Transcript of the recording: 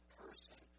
person